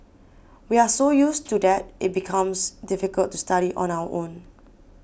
we are so used to that it becomes difficult to study on our own